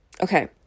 okay